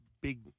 big